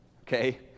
Okay